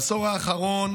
בעשור האחרון